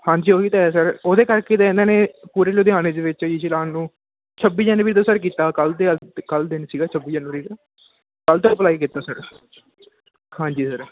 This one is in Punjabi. ਹਾਂਜੀ ਉਹੀ ਤਾਂ ਹੈ ਸਰ ਉਹਦੇ ਕਰਕੇ ਅਤੇ ਇਹਨਾਂ ਨੇ ਪੂਰੇ ਲੁਧਿਆਣੇ ਦੇ ਵਿੱਚ ਈ ਚਲਾਨ ਨੂੰ ਛੱਬੀ ਜਨਵਰੀ ਤੋਂ ਸਰ ਕੀਤਾ ਕੱਲ੍ਹ ਅਤੇ ਕੱਲ੍ਹ ਦਿਨ ਸੀਗਾ ਛੱਬੀ ਜਨਵਰੀ ਦਾ ਕੱਲ੍ਹ ਤੱਕ ਅਪਲਾਈ ਕੀਤਾ ਸਰ ਹਾਂਜੀ ਸਰ